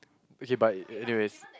okay but anyways